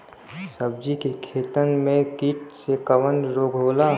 सब्जी के खेतन में कीट से कवन रोग होला?